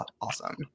awesome